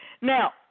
Now